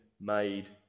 made